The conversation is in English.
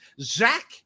Zach